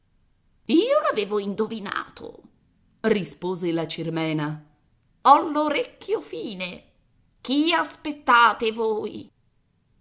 io l'avevo indovinato rispose la cirmena ho l'orecchio fine chi aspettate voi